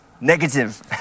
Negative